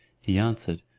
he answered,